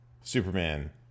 Superman